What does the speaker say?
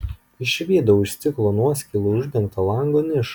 išvydau iš stiklo nuoskilų uždengtą lango nišą